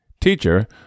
Teacher